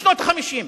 בשנות ה-50.